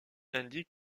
indique